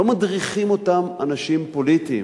לא מדריכים אותם אנשים פוליטיים.